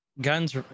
guns